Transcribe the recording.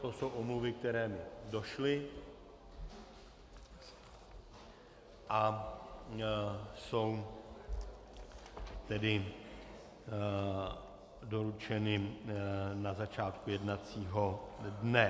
To jsou omluvy, které mi došly a jsou tedy doručeny na začátku jednacího dne.